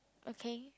okay